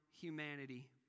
humanity